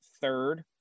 third